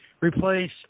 replace